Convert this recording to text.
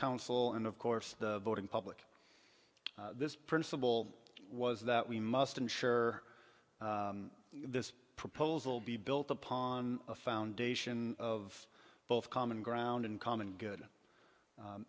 council and of course the voting public this principle was that we must ensure this proposal be built upon a foundation of both common ground and common good